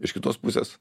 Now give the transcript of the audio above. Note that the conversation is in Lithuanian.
iš kitos pusės